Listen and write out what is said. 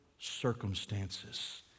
circumstances